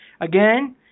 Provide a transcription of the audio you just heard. Again